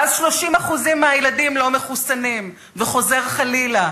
ואז 30% מהילדים לא מחוסנים, וחוזר חלילה.